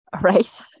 Right